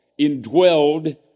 indwelled